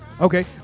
Okay